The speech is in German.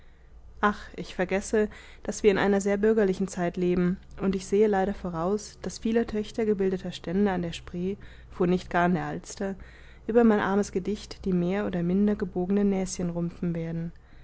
ach ich vergesse daß wir in einer sehr bürgerlichen zeit leben und ich sehe leider voraus daß viele töchter gebildeter stände an der spree wo nicht gar an der alster über mein armes gedicht die mehr oder minder gebogenen näschen rümpfen werden